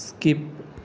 skip